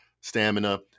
stamina